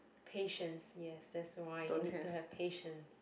patience yes that's why you need to have patience